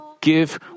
give